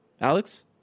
Alex